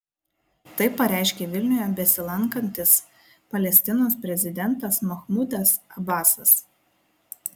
tai pareiškė vilniuje besilankantis palestinos prezidentas mahmudas abasas